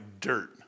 dirt